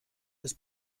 des